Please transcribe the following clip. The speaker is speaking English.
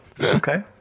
okay